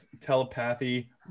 Telepathy